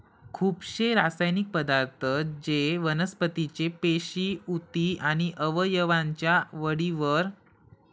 खुपशे रासायनिक पदार्थ जे वनस्पतीचे पेशी, उती आणि अवयवांच्या वाढीवर आणि फरकावर परिणाम करतत